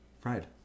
Fried